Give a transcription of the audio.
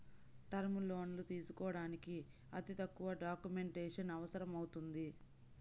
term లోన్లు తీసుకోడానికి అతి తక్కువ డాక్యుమెంటేషన్ అవసరమవుతుంది